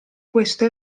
questo